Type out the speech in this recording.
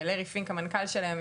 לארי פינק המנכ"ל שלהם,